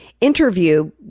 interview